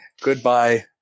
Goodbye